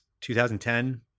2010